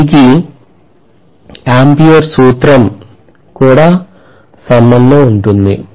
దీనికి ఆంపియర్ సూత్రం Ampere's Law ద్వారా కూడా సంబంధం ఉంది